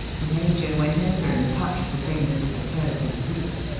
the major went over and touched the things with the toe of his boot.